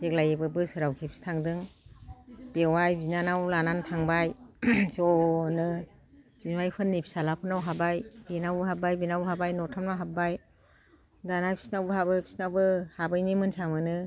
देग्लाय बोसोराव खेबसे थांदों बेवाय बिनानाव लानानै थांबाय ज'नो बिमायफोरनि फिसिलाफोरनाव हाबबाय बेनावबो हाबबाय बेनावबो हाबबाय नथामनाव हाबबाय दाना बिसिनावबो हाबो बिसिनावबो हाबैनि मोनसा मोनो